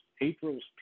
April's